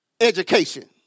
education